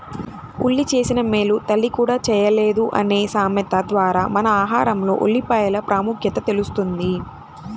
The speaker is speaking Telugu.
ఉల్లి చేసిన మేలు తల్లి కూడా చేయలేదు అనే సామెత ద్వారా మన ఆహారంలో ఉల్లిపాయల ప్రాముఖ్యత తెలుస్తుంది